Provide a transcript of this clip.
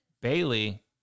Bailey